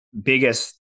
biggest